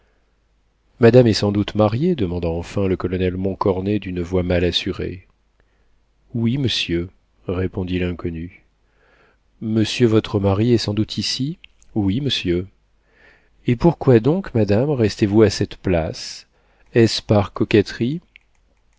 madame est sans doute mariée demanda enfin le colonel montcornet d'une voix mal assurée oui monsieur répondit l'inconnue monsieur votre mari est sans doute ici oui monsieur et pourquoi donc madame restez vous à cette place est-ce par coquetterie